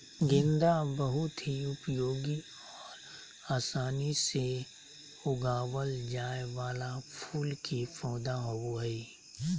गेंदा बहुत ही उपयोगी और आसानी से उगावल जाय वाला फूल के पौधा होबो हइ